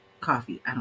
coffee